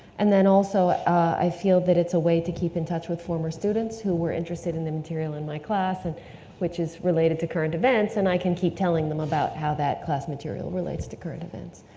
and then also, i feel that it's a way to keep in touch with former students who were interested in the material in my class and which is related to current events, and i can keep telling them about how that class material relates to current events.